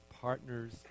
partners